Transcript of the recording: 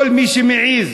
כל מי שמעז